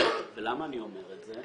ולמה אני אומר את זה?